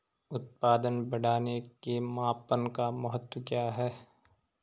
उत्पादन बढ़ाने के मापन का महत्व क्या है?